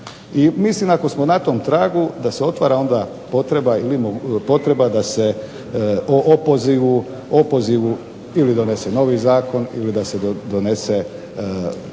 i mislim da ako smo na tom tragu da se otvara potreba da se o opozivu ili donese novi zakon ili da se donese